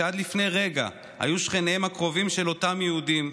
שעד לפני רגע היו שכניהם הקרובים של אותם יהודים,